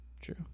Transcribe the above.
True